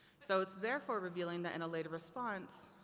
so its therefore revealing that in a later response